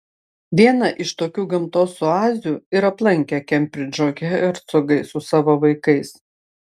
vieną iš tokių gamtos oazių ir aplankė kembridžo hercogai su savo vaikais